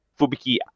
fubiki